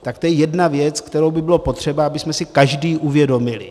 To je jedna věc, kterou by bylo potřeba, abychom si každý uvědomili.